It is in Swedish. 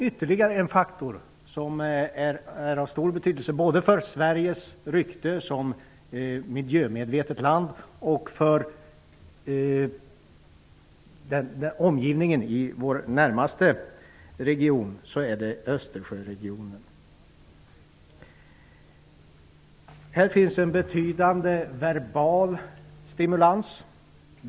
Ytterligare en faktor som är av stor betydelse både för Sveriges rykte som miljömedvetet land och för vår närmaste omgivning är situationen Östersjöregionen. Här finns en betydande verbal stimulans.